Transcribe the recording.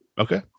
okay